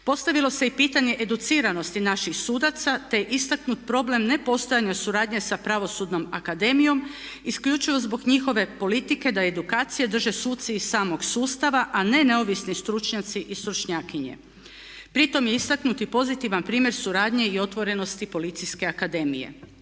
Postavilo se i pitanje educiranosti naših sudaca, te istaknut problem ne postojanja suradnje sa Pravosudnom akademijom isključivo zbog njihove politike da edukacije drže suci iz samog sustava a ne neovisni stručnjaci i stručnjakinje. Pri tom je istaknut i pozitivan primjer suradnje i otvorenosti Policijske akademije.